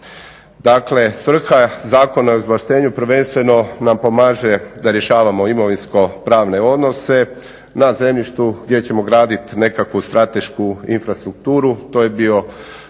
Dakle, svrha Zakona o izvlaštenju prvenstveno nam pomaže da rješavamo imovinsko-pravne odnose na zemljištu gdje ćemo graditi nekakvu stratešku infrastrukturu.